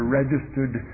registered